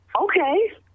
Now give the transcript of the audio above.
Okay